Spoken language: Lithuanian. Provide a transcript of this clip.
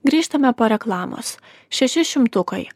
grįžtame po reklamos šeši šimtukai